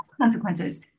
consequences